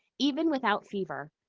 even without fever,